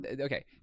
Okay